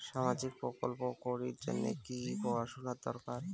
সামাজিক প্রকল্প করির জন্যে কি পড়াশুনা দরকার?